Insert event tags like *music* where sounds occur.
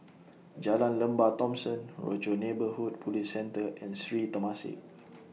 *noise* Jalan Lembah Thomson Rochor Neighborhood Police Centre and Sri Temasek *noise*